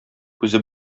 күзе